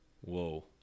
whoa